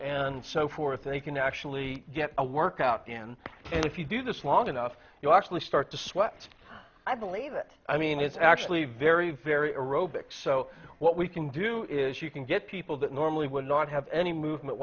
and so forth they can actually get a workout in and if you do this long enough you actually start to sweat i believe it i mean it's actually very very aerobics so what we can do is you can get people that normally would not have any movement